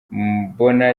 mbona